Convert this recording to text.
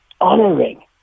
honoring